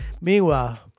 Meanwhile